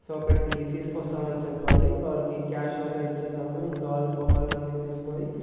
so అక్కడికి తీసుకొస్తామని చెప్పారు ఇంక వాళ్ళకి క్యాష్ అంతా ఇచ్చేశాము ఇంక ఆల్కహాల్ అన్నీ తీసుకొని